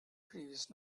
previous